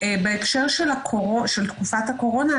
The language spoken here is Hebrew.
בהקשר של תקופת הקורונה,